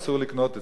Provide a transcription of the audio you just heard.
אסור לקנות אצלו.